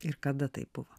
ir kada tai buvo